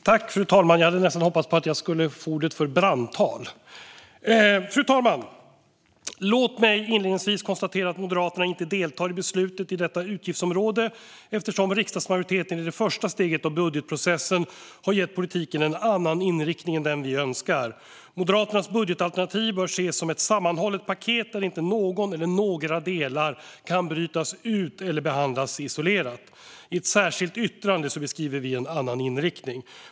Fru talman! Jag hade nästan hoppats att jag skulle få ordet för ett brandtal. Låt mig inledningsvis konstatera att Moderaterna inte deltar i beslutet om detta utgiftsområde eftersom riksdagsmajoriteten i det första steget av budgetprocessen gett politiken en annan inriktning än den vi önskar. Moderaternas budgetalternativ bör ses som ett sammanhållet paket där inte någon eller några delar kan brytas ut eller behandlas isolerat. I ett särskilt yttrande beskriver vi en annan inriktning.